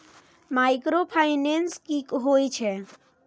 Micro finance कि होई छै?